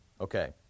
Okay